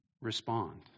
respond